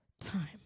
time